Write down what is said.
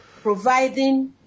providing